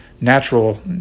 natural